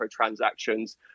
microtransactions